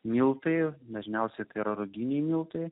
miltai dažniausiai tai yra ruginiai miltai